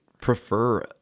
prefer